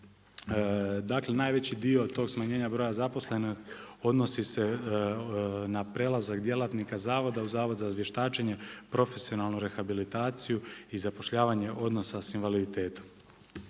dakle najveći dio tog smanjenja broja zaposlenih odnosi se na prelazak djelatnika zavoda u Zavod za vještačenje, profesionalnu rehabilitaciju i zapošljavanje osoba s invaliditetom.